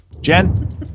Jen